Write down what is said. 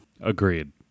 Agreed